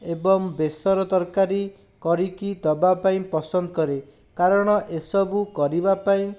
ଏବଂ ବେସର ତରକାରୀ କରିକି ଦେବାପାଇଁ ପସନ୍ଦ କରେ କାରଣ ଏସବୁ କରିବାପାଇଁ